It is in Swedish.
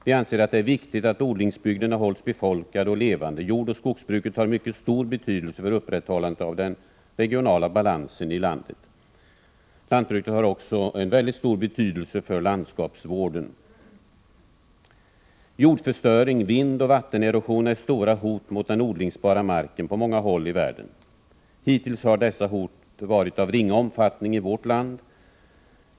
Vi anser att det är viktigt att odlingsbygderna hålls befolkade och levande. Jordoch skogsbruket har mycket stor betydelse för upprätthållandet av den regionala balansen i landet. Lantbruket har också en väldigt stor betydelse för landskapsvården. Jordförstöring, vindoch vattenerosion är stora hot mot den odlingsbara marken på många håll i världen. Hittills har dessa hot varit av ringa omfattning i vårt land.